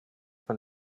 von